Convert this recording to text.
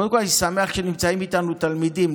קודם כול אני שמח שנמצאים איתנו תלמידים,